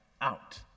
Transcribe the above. out